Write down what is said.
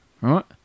right